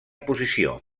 posició